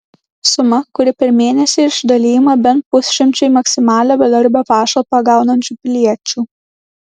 suma kuri per mėnesį išdalijama bent pusšimčiui maksimalią bedarbio pašalpą gaunančių piliečių